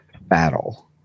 battle